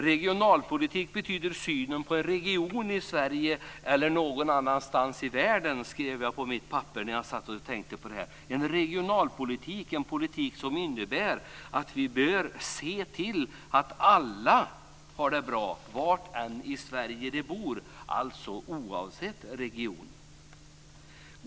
Regionalpolitik betyder synen på en region i Sverige eller någon annanstans i världen, skrev jag på mitt papper när jag satt och tänkte på detta. En regionalpolitik är en politik som innebär att vi bör se till att alla har det bra var de än bor i Sverige, alltså oavsett region.